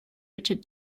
richard